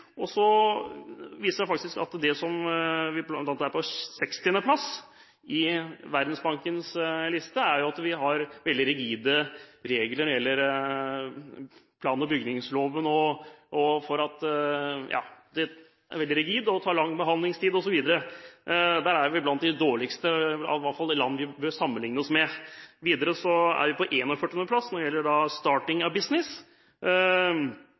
det gjelder plan- og bygningsloven, at det er lang behandlingstid osv. Der er vi blant de dårligste, i hvert fall blant land vi bør sammenligne oss med. Videre er vi på 41. plass når det gjelder «Starting a Business», og